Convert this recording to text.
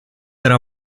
era